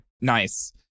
Nice